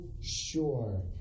sure